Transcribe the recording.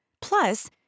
Plus